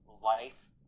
life